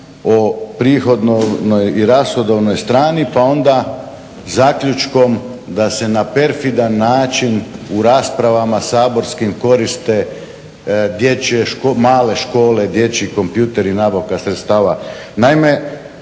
o prihodovnoj i rashodovnoj strani pa onda zaključkom da se na perfidan način u raspravama saborskim koriste dječje, male škole, dječji kompjuteri i nabavka sredstava.